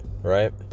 Right